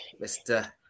Mr